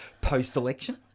post-election